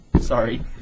Sorry